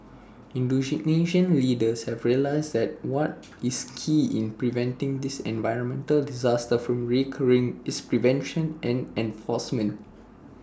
Indonesian leaders have realised that what is key in preventing this environmental disaster from recurring is prevention and enforcement